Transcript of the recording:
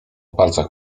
palcach